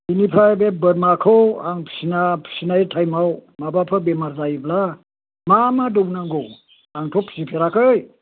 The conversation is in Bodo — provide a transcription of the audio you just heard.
बिनिफ्राय बे बोरमाखौ आं फिना फिनाय टाइमआव माबाफोर बेमार जायोब्ला मा मा दौनांगौ आंथ' फिफेराखै